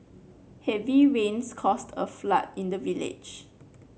heavy rains caused a flood in the village